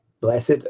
Blessed